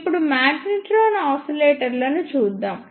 ఇప్పుడు magnetron oscillator లను చూద్దాము